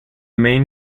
main